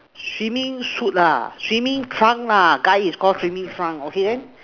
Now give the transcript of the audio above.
swimming suit lah swimming trunk lah guy is Call swimming trunk okay then